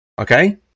Okay